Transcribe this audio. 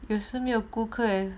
有时没有顾客